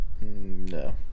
No